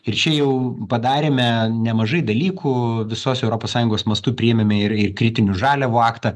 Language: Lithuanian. ir čia jau padarėme nemažai dalykų visos europos sąjungos mastu priėmėme ir ir kritinių žaliavų aktą